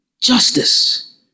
justice